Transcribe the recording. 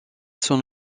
son